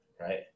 right